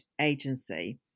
agency